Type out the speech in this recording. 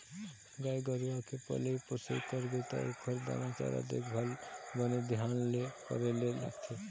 गाय गरूवा के पलई पोसई करबे त ओखर दाना चारा, देखभाल बने धियान ले करे ल लागथे